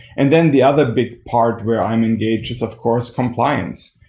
and then the other big part where i'm engaged is, of course, compliance.